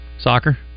Soccer